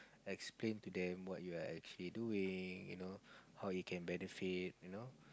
explain to them what you are actually doing you know how you can benefit you know